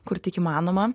kur tik įmanoma